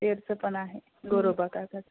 तेरचं पण आहे गोरोबा काकाचं